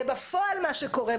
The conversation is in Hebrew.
ובפועל מה שקורה,